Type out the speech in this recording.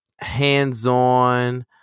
hands-on